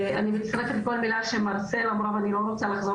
אני מצטרפת לכל מילה שמרסל אמרה ואני לא רוצה לחזור